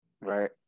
right